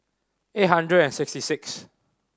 eight hundred and sixty six